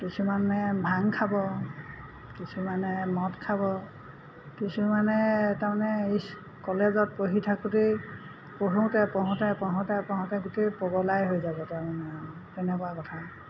কিছুমানে ভাং খাব কিছুমানে মদ খাব কিছুমানে তাৰমানে ই কলেজত পঢ়ি থাকোঁতেই পঢ়োঁতে পঢ়োঁতে পঢ়োঁতে পঢ়োঁতে গোটেই পগলাই হৈ যাব তাৰমানে আৰু তেনেকুৱা কথা